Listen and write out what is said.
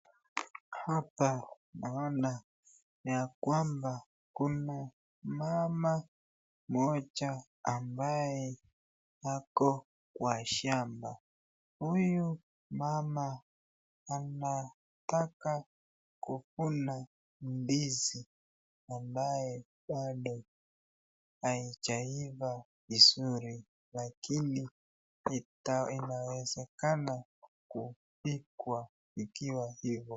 Hapa naona ya kwamba kuna mama mmoja ambaye ako kwa shamba. Huyu mama anataka kuvuna ndizi ambayo bado haijaiva vizuri lakini ita inawezakana kupikwa ikiwa hivyo.